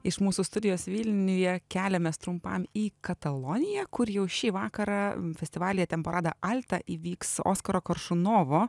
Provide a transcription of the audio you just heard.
iš mūsų studijos vilniuje keliamės trumpam į kataloniją kur jau šį vakarą festivalyje temparada alta įvyks oskaro koršunovo